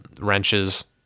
wrenches